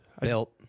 built